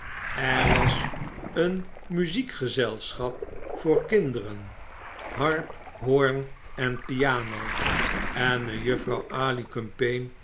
er was een muziekgezelsohap voor kinderen harp hoorn en piano en mejuffrouw